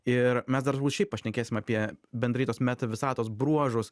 ir mes dar galbūt šiaip pašnekėsim apie bendrai tuos meta visatos bruožus